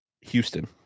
Houston